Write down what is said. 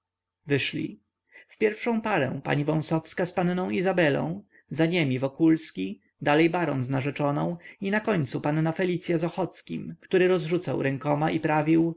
wyszli w pierwszą parę pani wąsowska z panną izabelą za niemi wokulski dalej baron z narzeczoną a na końcu panna felicya z ochockim który rozrzucał rękoma i prawił